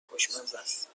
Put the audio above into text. خوشمزست